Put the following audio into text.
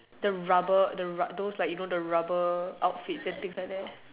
the rubber the ru~ those like you know the rubber outfit and things like that